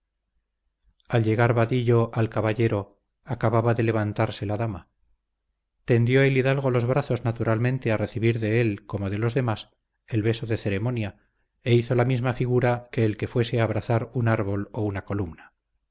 al llegar vadillo al caballero acababa de levantarse la dama tendió el hidalgo los brazos naturalmente a recibir de él como de los demás el beso de ceremonia e hizo la misma figura que el que fuese a abrazar un árbol o una columna